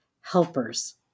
Helpers